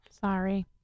Sorry